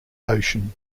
ocean